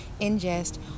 ingest